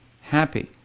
happy